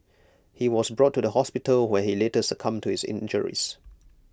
he was brought to the hospital when he later succumbed to his injuries